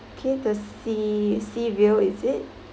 okay the sea sea view is it